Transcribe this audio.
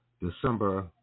December